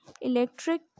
electric